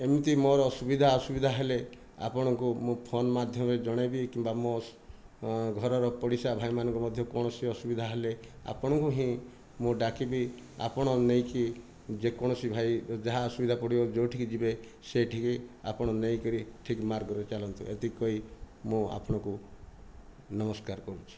ଏମିତି ମୋର ସୁବିଧା ଅସୁବିଧା ହେଲେ ଆପଣଙ୍କୁ ମୁଁ ଫୋନ ମାଧ୍ୟମରେ ଜଜଣାଇବି କିମ୍ବା ମୋ ଘରର ପଡ଼ିଶା ଭାଇମାନଙ୍କୁ ମଧ୍ୟ କୌଣସି ଅସୁବିଧା ହେଲେ ଆପଣଙ୍କୁ ହିଁ ମୁଁ ଡାକିବି ଆପଣ ନେଇକି ଯେକୌଣସି ଭାଇ ଯାହା ଅସୁବିଧା ପଡ଼ିବ ଯେଉଁଠାକୁ ଯିବେ ସେଇଠିକି ଆପଣ ନେଇକରି ଠିକ ମାର୍ଗରେ ଚାଲନ୍ତୁ ଏତିକି କହି ମୁଁ ଆପଣଙ୍କୁ ନମସ୍କାର କରୁଛି